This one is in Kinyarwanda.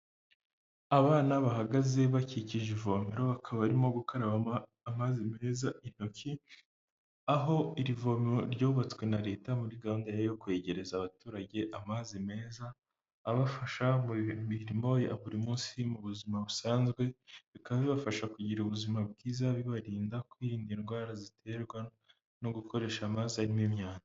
Abana bahagaze bakikije ivomero, bakaba barimo gukaraba amazi meza intoki, aho irivo ryubatswe na leta muri gahunda yo kwegereza abaturage amazi meza, abafasha mu mirimo ya buri munsi mu buzima busanzwe, bikaba bibafasha kugira ubuzima bwiza, bibarinda kwirinda indwara ziterwa no gukoresha amazi arimo imyanda.